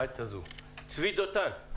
צבי דותן.